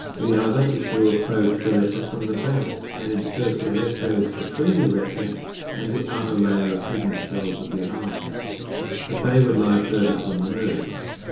the other is to approach the retina from the back, and insert the electrodes between the retina and the outer layer of pigment cells of the eye but they would lie further from the nerves.